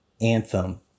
anthem